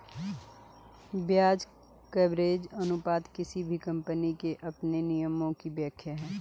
ब्याज कवरेज अनुपात किसी भी कम्पनी के अपने नियमों की व्याख्या है